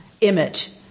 image